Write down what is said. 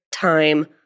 time